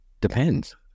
depends